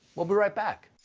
we'll be right back.